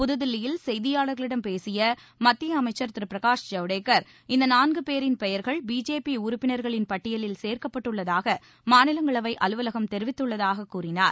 புது தில்லியில் செய்தியாளர்களிடம் பேசிய மத்திய அமைச்சள் திரு பிரகாஷ் ஜவடேக்கள் இந்த நான்கு பேரின் பெயர்கள் பிஜேபி உறப்பினா்களின் பட்டியலில் சேர்க்கப்பட்டுள்ளதாக மாநிலங்களவை அலுவலகம் தெரிவித்துள்ளதாக கூறினார்